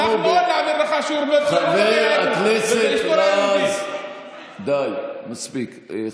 מה עוד, חבר הכנסת רז, די, מספיק.